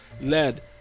led